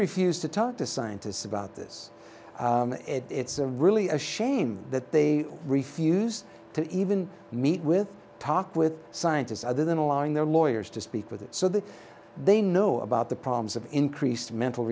refused to talk to scientists about this it's a really a shame that they refused to even meet with talk with scientists other than allowing their lawyers to speak with it so that they know about the problems of increased mental